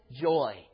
joy